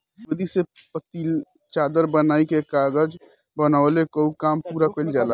लुगदी से पतील चादर बनाइ के कागज बनवले कअ काम पूरा कइल जाला